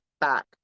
back